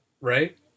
right